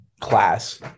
class